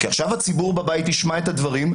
עכשיו הציבור בבית ישמע את הדברים,